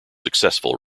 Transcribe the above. successful